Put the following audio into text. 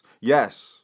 Yes